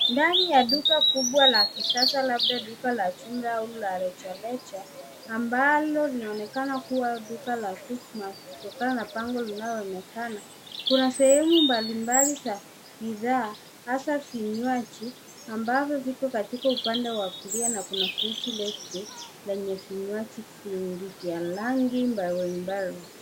Ndani ya duka kubwa la kisasa labda duka la jumla au la rejareja ambalo linaonekana kuwa duka la Quickmart kutokana na bango linaloonekana. Kuna sehemu mbalimbali za bidhaa hasa vinywaji ambazo ziko katika upande wa kulia na kuna friji ndefu lenye vinywaji vingi vya rangi mbalimbali.